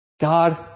God